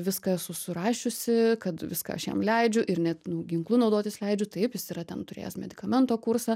viską esu surašiusi kad viską aš jam leidžiu ir net nu ginklu naudotis leidžiu taip jis yra ten turėjęs medikamento kursą